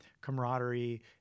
camaraderie